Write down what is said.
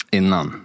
innan